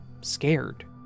scared